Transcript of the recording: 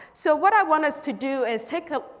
so what i want us to do is take a.